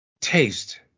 taste